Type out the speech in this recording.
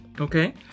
Okay